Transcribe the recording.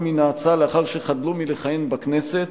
מן ההצעה לאחר שחדלו מלכהן בכנסת